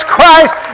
Christ